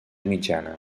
mitjana